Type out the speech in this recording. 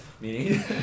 Meaning